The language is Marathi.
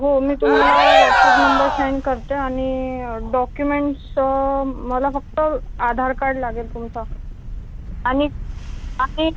हो मी तुम्हाला व्हॉट्सॲप नंबर शेंड करते आणि डॉक्युमेन्ट्स मला फक्त आधार कार्ड लागेल तुमचं आणि आणि